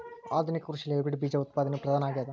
ಆಧುನಿಕ ಕೃಷಿಯಲ್ಲಿ ಹೈಬ್ರಿಡ್ ಬೇಜ ಉತ್ಪಾದನೆಯು ಪ್ರಧಾನ ಆಗ್ಯದ